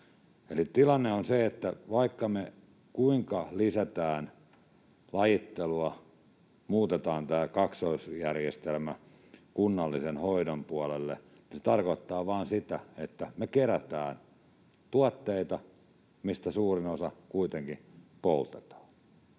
tilanne on se, että vaikka me kuinka lisätään lajittelua, muutetaan tämä kaksoisjärjestelmä kunnallisen hoidon puolelle, niin se tarkoittaa vain sitä, että me kerätään tuotteita, mistä suurin osa kuitenkin poltetaan.